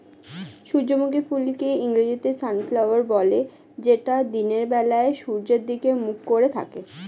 সূর্যমুখী ফুলকে ইংরেজিতে সানফ্লাওয়ার বলে যেটা দিনের বেলা সূর্যের দিকে মুখ করে থাকে